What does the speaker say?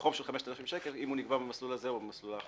בחוב של 5,000 שקל אם הוא נגבה במסלול הזה או במסלול האחר.